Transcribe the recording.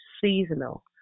seasonal